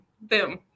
Boom